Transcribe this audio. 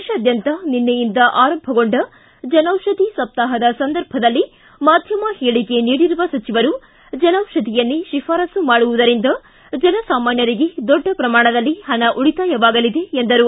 ದೇತಾದ್ಯಂತ ನಿನ್ನೆಯಿಂದ ಆರಂಭಗೊಂಡ ಜನೌಪಧಿ ಸಪ್ತಾಹದ ಸಂದರ್ಭದಲ್ಲಿ ಮಾಧ್ಯಮ ಹೇಳಿಕೆ ನೀಡಿರುವ ಸಚಿವರು ಜನೌಷಧಿಯನ್ನೇ ಶಿಫಾರಸು ಮಾಡುವುದರಿಂದ ಜನಸಾಮಾನ್ಹರಿಗೆ ದೊಡ್ಡಪ್ರಮಾಣದಲ್ಲಿ ಹಣ ಉಳಿತಾಯವಾಗಲಿದೆ ಎಂದರು